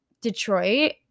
Detroit